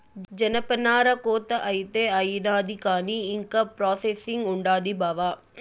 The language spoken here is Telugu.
జనపనార కోత అయితే అయినాది కానీ ఇంకా ప్రాసెసింగ్ ఉండాది బావా